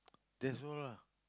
that's all lah